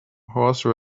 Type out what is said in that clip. horse